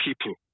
people